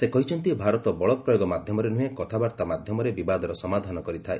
ସେ କହିଛନ୍ତି ଭାରତ ବଳପ୍ରୟୋଗ ମାଧ୍ୟମରେ ନୁହେଁ କଥାବାର୍ତ୍ତା ମାଧ୍ୟମରେ ବିବାଦର ସମାଧାନ କରିଥାଏ